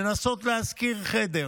לנסות לשכור חדר,